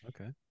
Okay